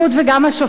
וגם על השופטים.